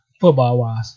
Football-wise